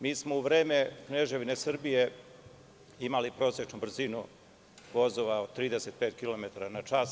Mi smo u vreme Kneževine Srbije imali prosečnu brzinu vozova od 35 kilometara na čas.